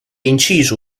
inciso